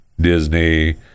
disney